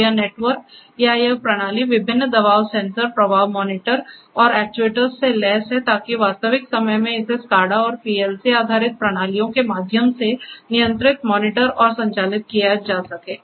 तो यह नेटवर्क या यह प्रणाली विभिन्न दबाव सेंसर प्रवाह मॉनिटर और एक्चुएटर्स से लैस है ताकि वास्तविक समय में इसे SCADA और PLC आधारित प्रणालियों के माध्यम से नियंत्रित मॉनिटर और संचालित किया जा सके